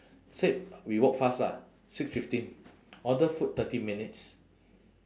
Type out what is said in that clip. say we walk fast lah six fifteen order food thirty minutes